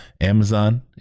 Amazon